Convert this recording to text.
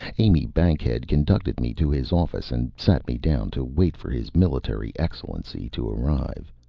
amy bankhead conducted me to his office and sat me down to wait for his military excellency to arrive.